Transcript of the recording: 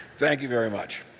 thank you very much.